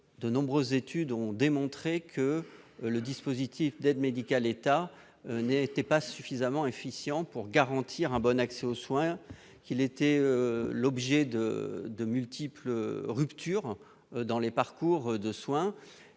de nombreuses études ont démontré que le dispositif de l'aide médicale de l'État n'était pas suffisamment efficient pour garantir un bon accès aux soins, que les ruptures étaient multiples dans les parcours de soins.